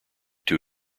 too